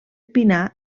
pinar